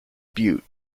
butte